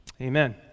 Amen